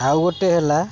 ଆଉ ଗୋଟେ ହେଲା